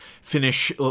finish